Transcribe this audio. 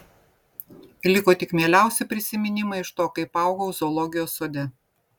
liko tik mieliausi prisiminimai iš to kaip augau zoologijos sode